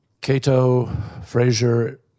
Cato-Fraser